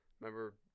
Remember